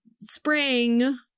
spring